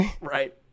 Right